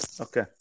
Okay